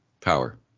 power